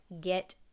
get